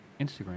Instagram